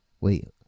Wait